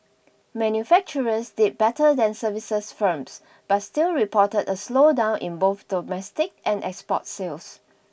manufacturers did better than services firms but still reported a slowdown in both domestic and export sales